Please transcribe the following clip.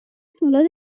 سالاد